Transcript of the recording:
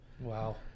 Wow